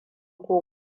ko